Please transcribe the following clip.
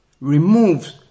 remove